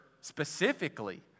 specifically